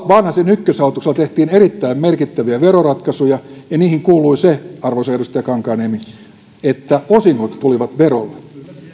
vanhasen ykköshallituksella tehtiin erittäin merkittäviä veroratkaisuja ja niihin kuului se arvoisa edustaja kankaanniemi että osingot tulivat verolle